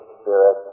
Spirit